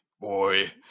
Boy